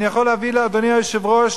אני יכול להביא לאדוני היושב-ראש